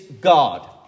God